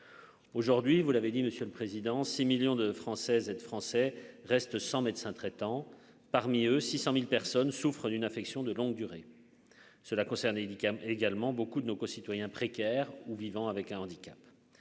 aujourd'hui, vous l'avez dit, monsieur le Président, 6 millions de Françaises et de Français restent sans médecin traitant, parmi eux 600000 personnes souffrent d'une affection de longue durée, cela concerne les médicaments également beaucoup de nos concitoyens précaires ou vivant avec un handicap.